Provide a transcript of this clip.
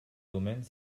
domaines